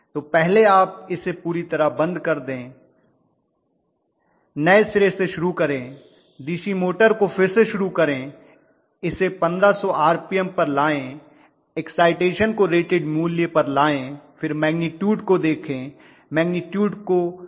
तो पहले आप इसे पूरी तरह को बंद कर दें नए सिरे से शुरू करें डीसी मोटर को फिर से शुरू करें इसे 1500 आरपीएम पर लाएं एक्साइटेशनइ को रेटेड मूल्य पर लाएं फिर मैग्निटूड को देखें मैग्निटूड को मैच करें